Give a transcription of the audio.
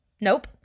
Nope